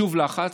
שוב לחץ,